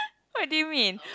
what do you mean